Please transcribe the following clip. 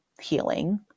healing